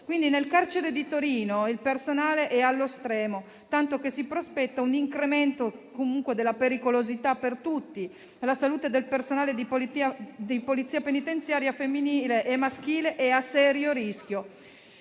Nel carcere di Torino, quindi, il personale è allo stremo, tanto che si prospetta un incremento della pericolosità per tutti, e la salute del personale di Polizia penitenziaria femminile e maschile è a serio rischio.